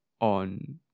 on